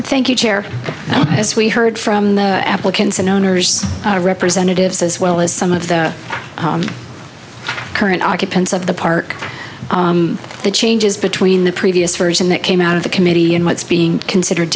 fifty thank you chair as we heard from the applicants and owners representatives as well as some of the current occupants of the park the changes between the previous version that came out of the committee and what's being considered